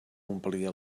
omplia